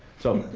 so,